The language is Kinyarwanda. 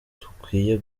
dukwiye